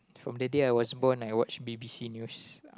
from the day I was born I watch b_b_c news